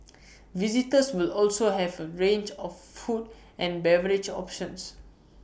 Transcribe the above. visitors will also have A range of food and beverage options